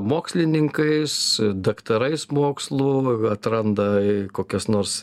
mokslininkais daktarais mokslų atranda kokios nors